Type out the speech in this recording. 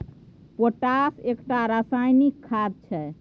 potash एकटा रासायनिक खाद छै